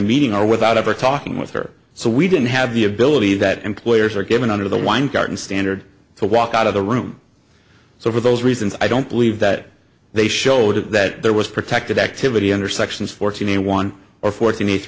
meeting or without ever talking with her so we didn't have the ability that employers are given under the weingarten standard to walk out of the room so for those reasons i don't believe that they showed that there was protected activity under sections fourteen one or for